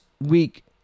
week